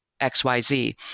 xyz